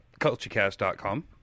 CultureCast.com